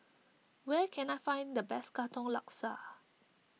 where can I find the best Katong Laksa